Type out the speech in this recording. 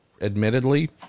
admittedly